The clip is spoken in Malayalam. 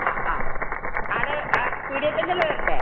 ആ ആ ആടെ ആ പീടികയിൽ തന്നെ അല്ലേ വരേണ്ടത്